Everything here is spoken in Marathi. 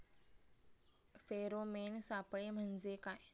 फेरोमेन सापळे म्हंजे काय?